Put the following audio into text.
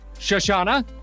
Shoshana